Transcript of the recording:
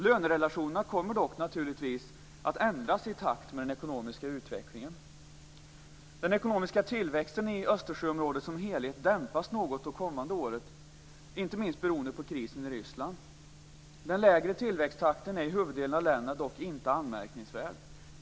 Lönerelationerna kommer dock naturligtvis att ändras i takt med den ekonomiska utvecklingen. Den ekonomiska tillväxten i Östersjöområdet som helhet dämpas något det kommande året, inte minst beroende på krisen i Ryssland. Den lägre tillväxttakten är i huvuddelen av länderna dock inte anmärkningsvärd.